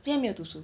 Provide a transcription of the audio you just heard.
今天没有读书